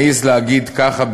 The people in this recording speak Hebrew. מעז להגיד ככה,